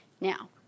Now